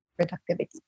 productivity